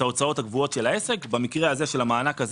ההוצאות הקבועות של העסק במקרה של המענק הזה